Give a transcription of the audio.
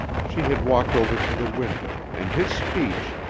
she had walked over to the window, and his speech,